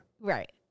right